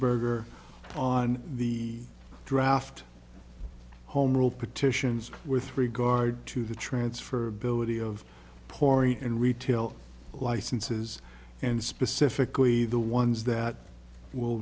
burg are on the draft home rule petitions with regard to the transfer ability of porridge and retail licenses and specifically the ones that will